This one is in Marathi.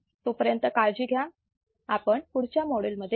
तोपर्यंत काळजी घ्या आपण पुढच्या मॉड्यूल मध्ये भेटू